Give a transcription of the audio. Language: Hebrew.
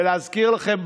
ולהזכיר לכם,